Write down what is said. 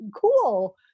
cool